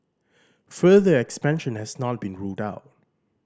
further expansion has not been ruled out